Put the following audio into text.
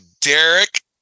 Derek